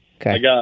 Okay